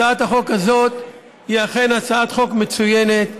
הצעת החוק הזאת היא אכן הצעת חוק מצוינת,